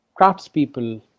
craftspeople